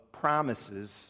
promises